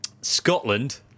Scotland